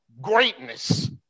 greatness